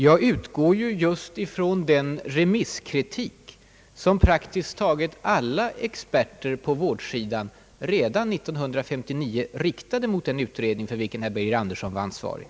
Jag utgår ju just från den remisskritik, som praktiskt taget alla experter på vårdsidan redan 1959 riktade mot den utredning för vilken bl.a. herr Birger Andersson var ansvarig.